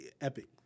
Epic